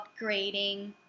upgrading